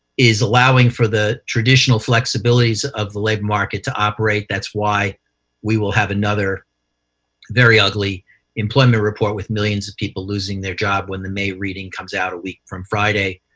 is allowing for the traditional flexibilities of the labor market to operate. that's why we will have another very ugly employment report with millions of people losing their job when the may reading comes out a week from friday,